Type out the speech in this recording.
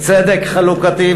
צדק חלוקתי,